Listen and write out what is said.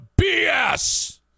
BS